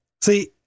See